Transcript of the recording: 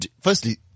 firstly